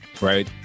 right